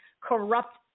corrupt